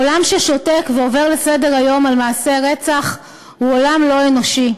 עולם ששותק ועובר לסדר-היום על מעשה רצח הוא עולם לא אנושי.